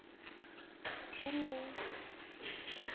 बिल्ली